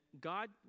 God